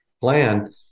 plan